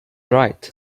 right